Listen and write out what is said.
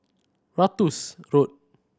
Ratus Road